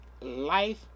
life